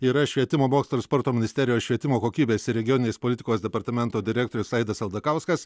yra švietimo mokslo ir sporto ministerijos švietimo kokybės ir regioninės politikos departamento direktorius aidas aldakauskas